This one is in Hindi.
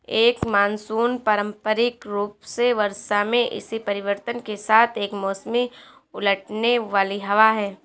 एक मानसून पारंपरिक रूप से वर्षा में इसी परिवर्तन के साथ एक मौसमी उलटने वाली हवा है